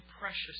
precious